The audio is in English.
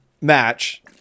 match